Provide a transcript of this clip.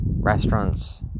restaurants